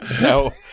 no